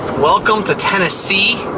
welcome to tennessee.